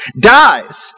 dies